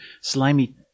slimy